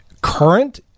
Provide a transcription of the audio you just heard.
current